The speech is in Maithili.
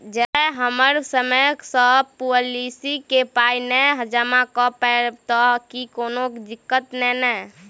जँ हम समय सअ पोलिसी केँ पाई नै जमा कऽ पायब तऽ की कोनो दिक्कत नै नै?